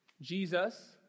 Jesus